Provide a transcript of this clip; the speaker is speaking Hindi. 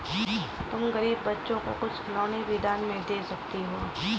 तुम गरीब बच्चों को कुछ खिलौने भी दान में दे सकती हो